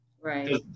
Right